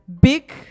big